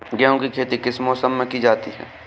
गेहूँ की खेती किस मौसम में की जाती है?